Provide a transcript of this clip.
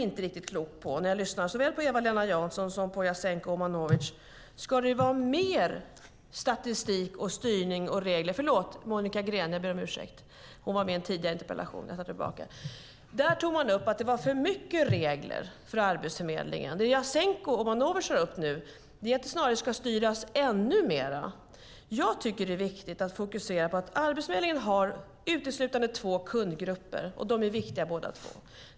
När jag lyssnar såväl på Eva-Lena Jansson som på Jasenko Omanovic blir jag inte riktigt klok på: Ska det vara mer statistik, styrning och regler? Förlåt, jag menade Monica Green. Jag ber om ursäkt. Det var hon som var med i den tidigare interpellationsdebatten. Jag tar tillbaka det jag sade. Man tog upp att det var för mycket regler för Arbetsförmedlingen. Det Jasenko Omanovic tar upp nu är att det snarare ska styras ännu mer. Det är viktigt att fokusera på att Arbetsförmedlingen har uteslutande två kundgrupper, och de är båda två viktiga.